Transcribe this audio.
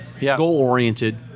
goal-oriented